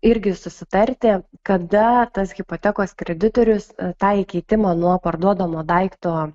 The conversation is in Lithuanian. irgi susitarti kada tas hipotekos kreditorius tą įkeitimą nuo parduodamo daikto